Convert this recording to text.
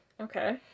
Okay